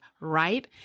right